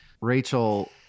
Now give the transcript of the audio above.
rachel